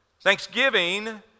Thanksgiving